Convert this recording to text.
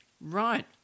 Right